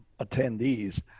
attendees